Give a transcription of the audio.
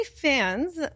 fans